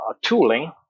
tooling